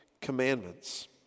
commandments